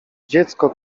dziecko